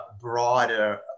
broader